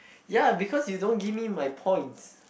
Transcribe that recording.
ya because you don't give me my points